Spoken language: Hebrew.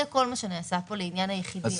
זה כל מה שנעשה כאן לעניין היחידים.